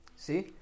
See